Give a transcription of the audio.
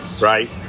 Right